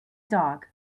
dog